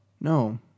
No